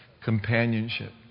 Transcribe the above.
companionship